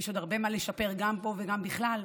יש עוד הרבה מה לשפר גם פה וגם בכלל,